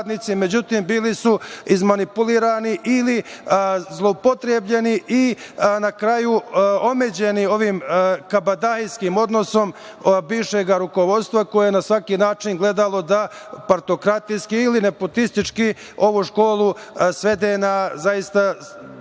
međutim, bili su izmanipulisani ili zloupotrebljeni i na kraju, omeđeni ovim kabadahijskim odnosom bivšeg rukovodstva, koje je na svaki način gledalo da partokratijskih ili nepotistički ovu školu svede na malu